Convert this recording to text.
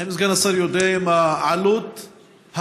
האם סגן השר יודע מה עלות האבחון?